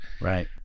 Right